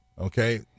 Okay